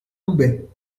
loubet